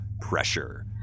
pressure